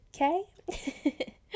okay